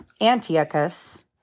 Antiochus